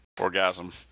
Orgasm